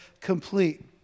complete